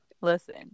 Listen